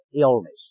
illness